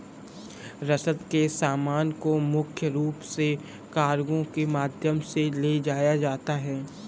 रसद के सामान को मुख्य रूप से कार्गो के माध्यम से ले जाया जाता था